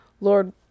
Lord